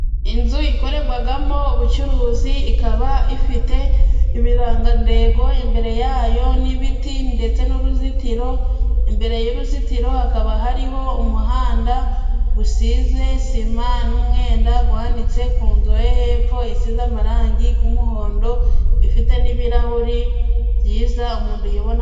Inzu ikorerwagamo ubucuruzi, ikaba ifite ibirangandengo imbere yayo n'ibiti ndetse n'uruzitiro, imbere y'uruzitiro hakaba hariho umuhanda gusize sima n'umwenda gwanitse ku nzu yo hepfo isize amarangi g'umuhondo, ifite n'ibirahuri byiza umuntu yibonamo.